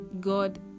God